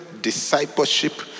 discipleship